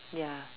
ya